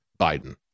Biden